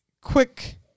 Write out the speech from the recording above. quick